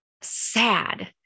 sad